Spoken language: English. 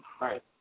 Right